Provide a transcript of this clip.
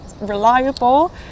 reliable